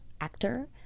actor